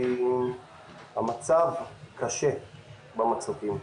המצב קשה במצוקים.